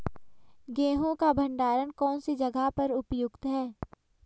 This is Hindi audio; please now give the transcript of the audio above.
गेहूँ का भंडारण कौन सी जगह पर उपयुक्त है?